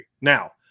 Now